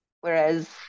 Whereas